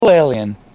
alien